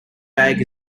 bag